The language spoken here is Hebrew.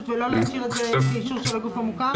ולא להשאיר את זה באישור של הגוף המוכר?